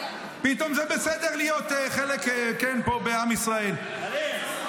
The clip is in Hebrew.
פתאום זה בסדר להיות חלק פה בעם ישראל, כן.